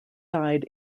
died